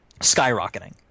skyrocketing